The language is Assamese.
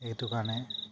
এইটো কাৰণে